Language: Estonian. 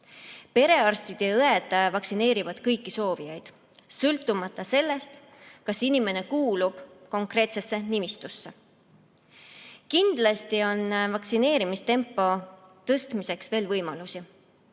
Perearstid ja ‑õed vaktsineerivad kõiki soovijaid, sõltumata sellest, kas inimene kuulub konkreetsesse nimistusse. Kindlasti on vaktsineerimistempo tõstmiseks veel võimalusi.